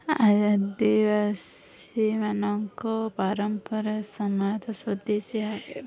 ଆଦିବାସୀମାନଙ୍କ ପରମ୍ପରା ସମାଜ ସ୍ଵଦେଶିଆ